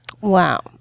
Wow